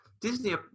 Disney